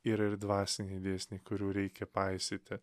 yra ir dvasiniai dėsniai kurių reikia paisyti